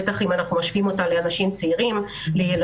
בטח אם אנחנו משווים אותם לאנשים צעירים או לילדים,